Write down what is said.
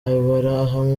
aburahamu